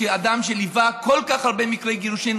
כאדם שליווה כל כך הרבה מקרי גירושין,